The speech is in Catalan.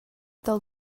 del